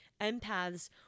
empaths